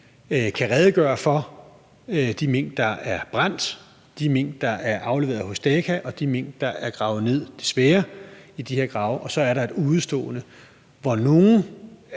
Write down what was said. kan redegøre for de mink, der er brændt, de mink, der er afleveret hos Daka, og de mink, der er gravet ned – desværre – i de her grave, og at der så er et udestående, hvor nogle er